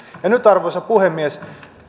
nyt arvoisa puhemies